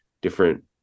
different